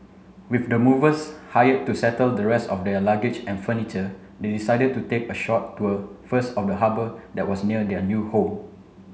with the movers hired to settle the rest of their luggage and furniture they decided to take a short tour first of the harbour that was near their new home